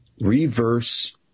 reverse